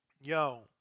Yo